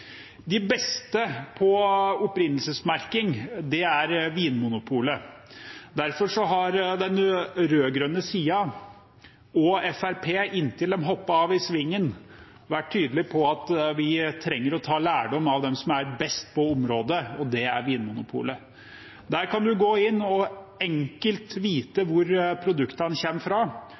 De beste på opprinnelsesmerking er Vinmonopolet. Derfor har den rød-grønne siden – og Fremskrittspartiet inntil de hoppet av i svingen – vært tydelig på at vi trenger å ta lærdom av den som er best på området, og det er Vinmonopolet. Der kan man gå inn og enkelt vite hvor produktene kommer fra.